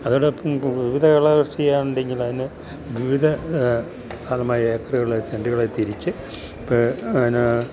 അതോടൊപ്പം വിവിധ വിള ചെയ്യുകയാണെന്നുണ്ടെങ്കില് അതിന് വിവിധ ഏക്കറുകളെ സെന്റുകളായി തിരിച്ച് ഇപ്പോഴതിന്